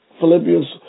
Philippians